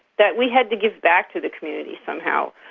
that we had to give back to the community somehow.